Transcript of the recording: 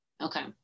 okay